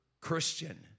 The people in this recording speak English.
Christian